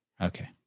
Okay